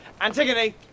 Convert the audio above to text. Antigone